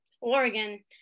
Oregon